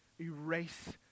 erase